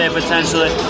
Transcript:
potentially